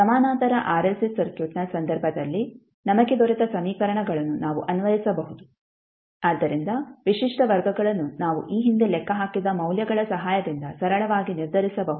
ಸಮಾನಾಂತರ ಆರ್ಎಲ್ಸಿ ಸರ್ಕ್ಯೂಟ್ನ ಸಂದರ್ಭದಲ್ಲಿ ನಮಗೆ ದೊರೆತ ಸಮೀಕರಣಗಳನ್ನು ನಾವು ಅನ್ವಯಿಸಬಹುದು ಆದ್ದರಿಂದ ವಿಶಿಷ್ಟ ವರ್ಗಗಳನ್ನು ನಾವು ಈ ಹಿಂದೆ ಲೆಕ್ಕ ಹಾಕಿದ ಮೌಲ್ಯಗಳ ಸಹಾಯದಿಂದ ಸರಳವಾಗಿ ನಿರ್ಧರಿಸಬಹುದು